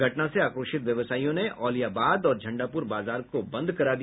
घटना से आक्रोशित व्यवसायियों ने औलियाबाद और झंडापुर बाजार को बंद करा दिया